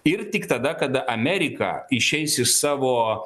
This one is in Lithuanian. ir tik tada kada amerika išeis iš savo